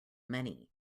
many